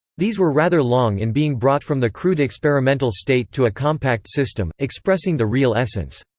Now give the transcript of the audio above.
these were rather long in being brought from the crude experimental state to a compact system, expressing the real essence.